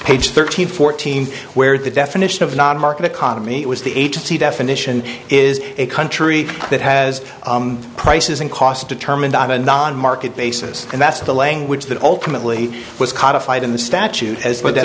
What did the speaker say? page thirteen fourteen where the definition of non market economy it was the agency definition is a country that has prices and costs determined on a non market basis and that's the language that ultimately was codified in the statute as